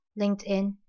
LinkedIn